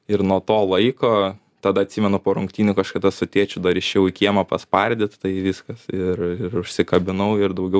ir nuo to laiko tada atsimenu po rungtynių kažkada su tėčiu dar išėjau į kiemą paspardyt tai viskas ir ir užsikabinau ir daugiau